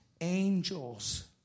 angels